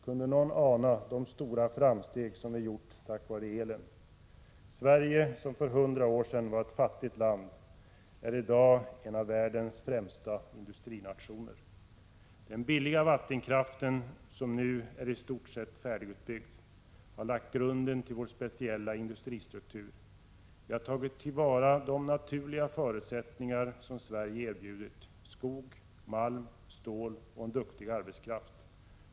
Kunde någon ana de stora framsteg som vi gjort tack vare elen? Sverige, som för 100 år sedan var ett fattigt land, är i dag en av världens främsta industrinationer. Den billiga vattenkraften, som nu är i stort sett färdigutbyggd, har lagt grunden till vår speciella industristruktur. Vi har tagit till vara de naturliga förutsättningar som Sverige erbjudit: skog, malm, stål och duktig arbetskraft.